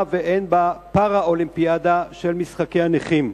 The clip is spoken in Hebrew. והן בפראלימפיאדה, של משחקי הנכים.